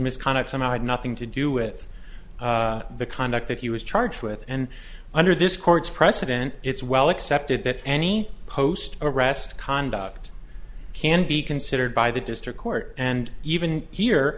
misconduct somehow had nothing to do with the conduct that he was charged with and under this court's precedent it's well accepted that any post arrest conduct can be considered by the district court and even here